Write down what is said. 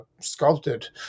sculpted